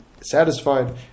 satisfied